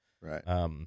Right